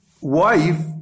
wife